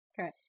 Okay